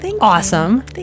Awesome